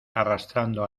arrastrando